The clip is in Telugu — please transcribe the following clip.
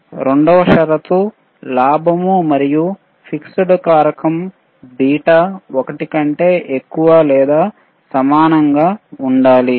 రెండవ షరతు గెయిన్ మరియు ఫీడ్బ్యాక్ కారకం బీటా 1 కంటే ఎక్కువ లేదా సమానంగా ఉండాలి